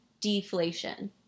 deflation